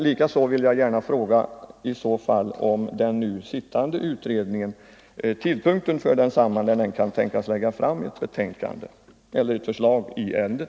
Likaså vill jag gärna fråga när i så fall den nu sittande utredningen kan tänkas lägga fram sitt betänkande eller ett förslag i ärendet?